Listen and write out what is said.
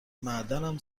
معدنم